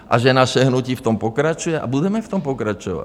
A že naše hnutí v tom pokračuje a budeme v tom pokračovat?